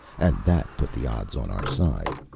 and that put the odds on our side.